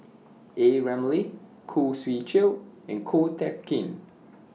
A Ramli Khoo Swee Chiow and Ko Teck Kin